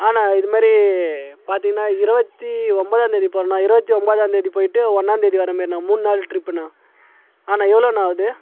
ஆ அண்ணா இதுமாரி பார்த்திங்கன்னா இருபத்தி ஒன்போதாந்தேதி போகிறோம்ண்ணா இருபத்தி ஒன்போதாந்தேதி போகிட்டு ஒன்றாந்தேதி வர மாரிண்ணா மூணு நாள் ட்ரிப்புண்ணா ஆ அண்ணா எவ்வளோண்ணா ஆகுது